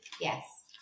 Yes